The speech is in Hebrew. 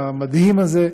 המדהים הזה,